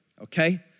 Okay